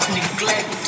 neglect